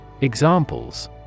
Examples